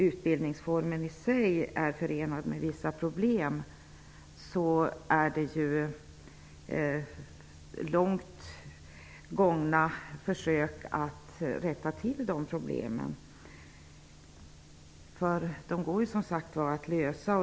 Utbildningsformen i sig är förenad med vissa problem, men det finns nu långt gångna planer att rätta till problemen. De går att lösa.